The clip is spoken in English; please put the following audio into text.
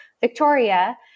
Victoria